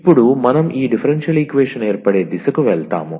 ఇప్పుడు మనం ఈ డిఫరెన్షియల్ ఈక్వేషన్ ఏర్పడే దిశకు వెళ్తాము